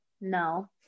no